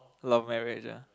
love marriage ah